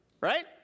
Right